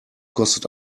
kostet